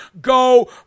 go